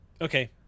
okay